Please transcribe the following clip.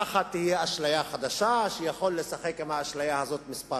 ככה תהיה אשליה חדשה שהוא יכול לשחק עם האשליה הזאת שנים מספר,